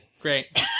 Great